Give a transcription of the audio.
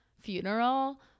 funeral